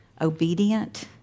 obedient